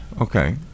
okay